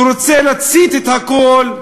שרוצה להצית את הכול,